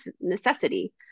necessity